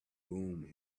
groomed